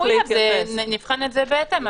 נבחן את זה בהתאם.